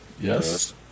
Yes